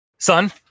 Son